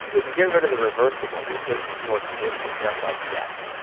if you get rid of the reversible and you take these four conditions, that's like death.